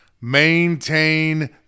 Maintain